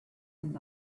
and